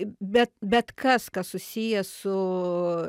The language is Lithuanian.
bet bet kas kas susiję su